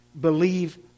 Believe